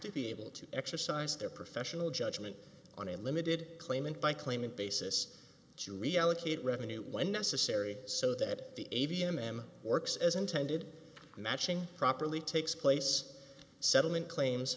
to be able to exercise their professional judgment on a limited claimant by claiming basis to reallocate revenue when necessary so that the aviom am works as intended matching properly takes place settlement claims